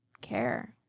care